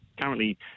currently